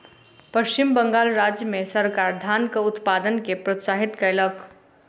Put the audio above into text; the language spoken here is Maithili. पश्चिम बंगाल राज्य मे सरकार धानक उत्पादन के प्रोत्साहित कयलक